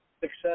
success